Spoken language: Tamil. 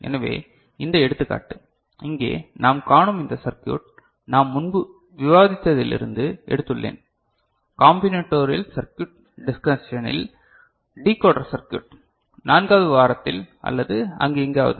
எனவே இந்த எடுத்துக்காட்டு இங்கே நாம் காணும் இந்த சர்க்யூட் நான் முன்பு விவாதித்ததிலிருந்து எடுத்துள்ளேன் காம்பினடோரியல் சர்க்யூட் டிஸ்கஷனில் டிகோடர் சர்க்யூட் 4 வது வாரத்தில் அல்லது அங்கு எங்காவது